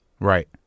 Right